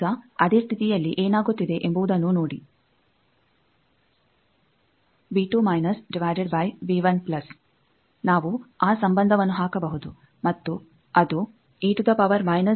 ಈಗ ಅದೇ ಸ್ಥಿತಿಯಲ್ಲಿ ಎನಾಗುತ್ತಿದೆ ಎಂಬುದನ್ನೂ ನೋಡಿ ನಾವು ಆ ಸಂಬಂಧವನ್ನು ಹಾಕಬಹುದು ಮತ್ತು ಅದು ಆಗುತ್ತದೆ